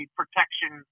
protection